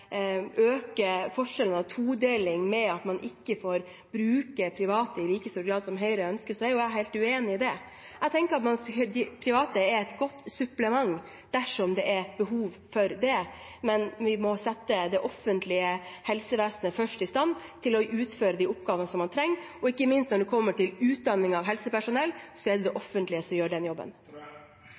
forskjellene og todelingen ved at man ikke får bruke private i like stor grad som Høyre ønsker, er jeg helt uenig i det. Jeg tenker at de private er et godt supplement dersom det er behov for det, men vi må først sette det offentlige helsevesenet i stand til å utføre de oppgavene man trenger. Ikke minst når det gjelder utdanning av helsepersonell, er det det offentlige som gjør den jobben.